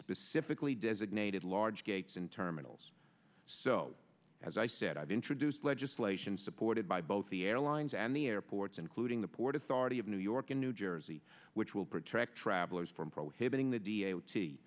specifically designated large gates and terminals so as i said i've introduced legislation supported by both the airlines and the airports including the port authority of new york and new jersey which will protect travelers from prohibiting th